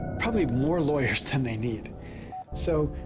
probably more lawyers than they need so,